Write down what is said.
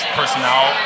personnel